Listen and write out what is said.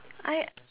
I